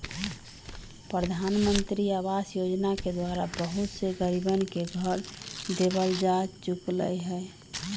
प्रधानमंत्री आवास योजना के द्वारा बहुत से गरीबन के घर देवल जा चुक लय है